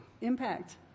impact